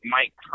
Mike